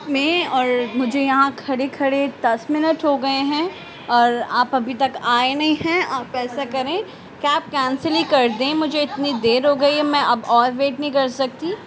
میں اور مجھے یہاں کھڑے کھڑے دس منٹ ہو گئے ہیں اور آپ ابھی تک آئے نہیں ہیں آپ ایسا کریں کیب کینسل ہی کر دیں مجھے اتنی دیر ہو گئی میں اب اور ویٹ نہیں کر سکتی